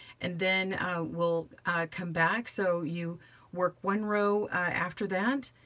and then we'll come back, so you work one row after that,